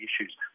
issues